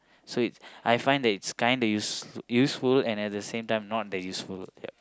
so it's I find that it's kinda use~ useful and at the same time not that useful ya